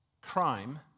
crime